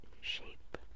shape